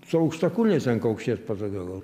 su aukštakulniais ten kaukšėt patogiau gal